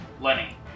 Lenny